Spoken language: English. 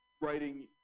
writing